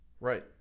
Right